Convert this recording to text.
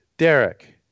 Derek